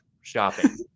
shopping